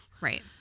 Right